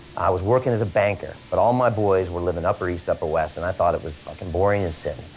i was working as a banker, but all my boys were living upper east, upper west and i thought it was fucking boring as sin,